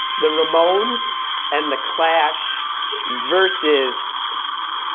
the ramones and the clash versus